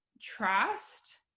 trust